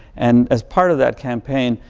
and as part of that campaign,